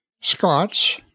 Scots